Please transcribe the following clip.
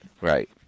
right